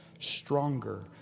stronger